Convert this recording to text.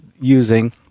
using